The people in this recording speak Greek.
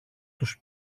τους